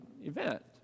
event